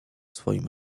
swoim